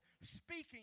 speaking